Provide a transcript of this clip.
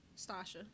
stasha